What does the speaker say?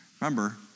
Remember